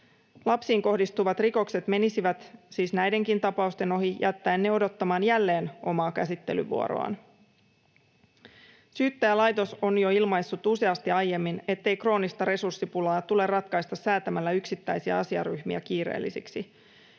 Lapsiin kohdistuvat rikokset menisivät siis näidenkin tapausten ohi jättäen ne odottamaan jälleen omaa käsittelyvuoroaan. Syyttäjälaitos on jo ilmaissut useasti aiemmin, ettei kroonista resurssipulaa tulee ratkaista säätämällä yksittäisiä asiaryhmiä kiireellisiksi.